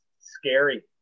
scary